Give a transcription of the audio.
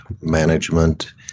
management